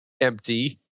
empty